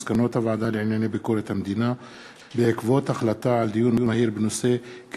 מסקנות הוועדה לענייני ביקורת המדינה בעקבות דיון מהיר בהצעה של